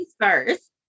First